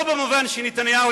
לא במובן שנתניהו,